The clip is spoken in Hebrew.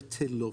בטלות.